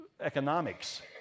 economics